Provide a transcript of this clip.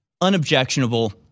unobjectionable